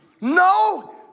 No